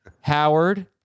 Howard